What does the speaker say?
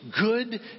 good